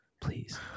Please